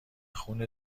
خون